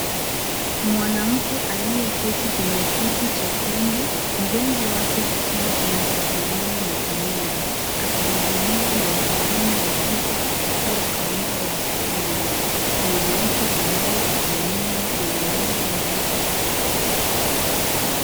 Mwanamke aliyeketi kwenye kiti chekundu. Mgongo wake ukiwa umetazamana na kamera. Akihudumiwa na mhudumu wa kike kupitia kaunta ya huduma. Mwanamke anayehudumiwa ana nywele ndefu zilizo sokotwe.